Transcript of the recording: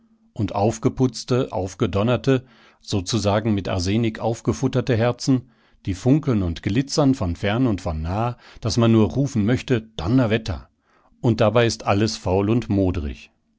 und aufgeputzte aufgedonnerte sozusagen mit arsenik aufgefutterte herzen die funkeln und glitzern von fern und von nah daß man nur rufen möchte donnerwetter und dabei ist alles faul und modrig